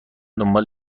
دنبال